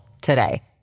today